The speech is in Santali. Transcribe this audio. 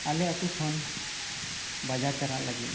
ᱟᱞᱮ ᱟᱛᱳ ᱠᱷᱚᱱ ᱵᱟᱡᱟᱨ ᱪᱟᱞᱟᱜ ᱞᱟᱹᱜᱤᱫ